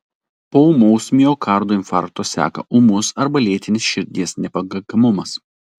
po ūmaus miokardo infarkto seka ūmus arba lėtinis širdies nepakankamumas